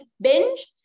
binge